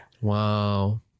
Wow